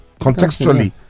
Contextually